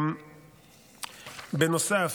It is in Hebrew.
בנוסף,